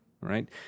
right